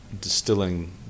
distilling